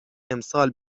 امسال